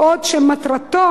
בעוד שמטרתו,